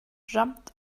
jumped